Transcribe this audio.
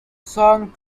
song